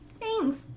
thanks